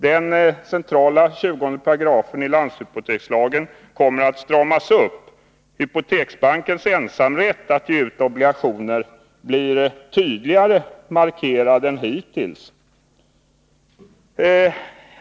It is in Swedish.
Den centrala 20 § i landshypotekslagen kommer att stramas upp. Hypoteksbankens ensamrätt att ge ut obligationer blir tydligare markerad än hittills.